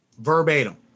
Verbatim